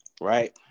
right